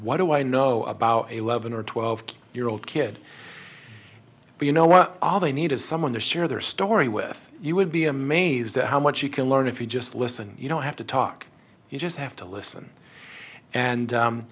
what do i know about eleven or twelve year old kid you know what all they need is someone to share their story with you would be amazed at how much you can learn if you just listen you don't have to talk you just have to listen and